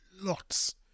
lots